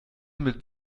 mit